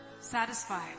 satisfied